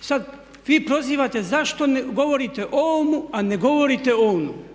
I sad, vi prozivate zašto govorite ovomu, a ne govorite onomu.